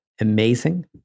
amazing